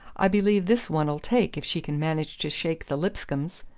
i believe this one'll take if she can manage to shake the lipscombs.